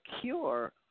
cure